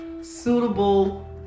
suitable